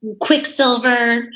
Quicksilver